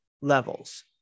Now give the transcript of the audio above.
levels